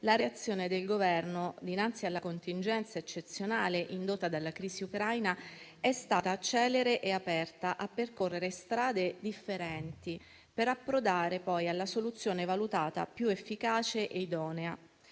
la reazione del Governo dinanzi alla contingenza eccezionale indotta dalla crisi ucraina è stata celere e aperta a percorrere strade differenti, per approdare poi alla soluzione valutata più efficace e idonea.